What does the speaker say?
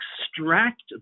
extract